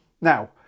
Now